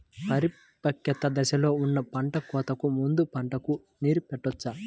పరిపక్వత దశలో ఉన్న పంట కోతకు ముందు పంటకు నీరు పెట్టవచ్చా?